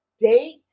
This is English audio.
date